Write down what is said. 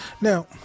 Now